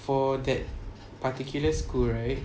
for that particular school right